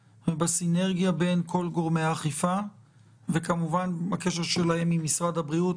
ובסינרגיה בין כל גורמי האכיפה וכמובן בקשר שלהם עם משרד הבריאות.